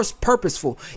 purposeful